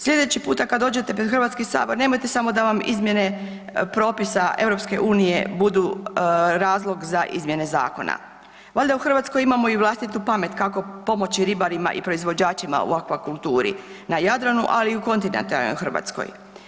Slijedeći puta kad dođete pred Hrvatski sabor nemojte samo da vam izmjene propisa EU budu razlog za izmjene zakona, valjda u Hrvatskoj imamo i vlastitu pamet kako pomoći ribarima i proizvođačima u akvakulturi na Jadranu ali i u kontinentalnoj Hrvatskoj.